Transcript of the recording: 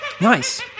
Nice